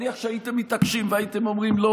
נניח שהייתם מתעקשים והייתם אומרים לו